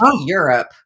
Europe